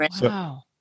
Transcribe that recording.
Wow